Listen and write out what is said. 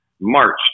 March